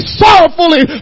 sorrowfully